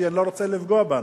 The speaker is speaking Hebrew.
כי אני לא רוצה לפגוע באנשים.